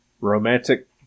romantic